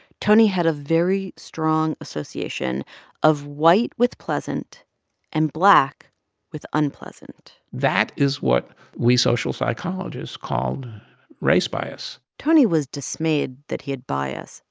tony had a very strong association of white with pleasant and black with unpleasant that is what we social psychologists called race bias tony was dismayed that he had bias.